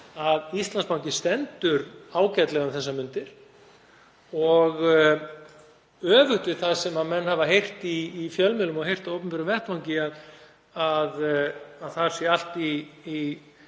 að Íslandsbanki stendur ágætlega um þessar mundir. Öfugt við það sem menn hafa heyrt í fjölmiðlum og heyrt á opinberum vettvangi, að þar sé allt í